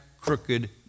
crooked